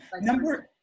Number